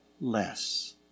less